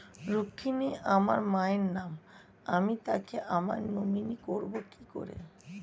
রুক্মিনী আমার মায়ের নাম আমি তাকে আমার নমিনি করবো কি করে?